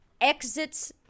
exits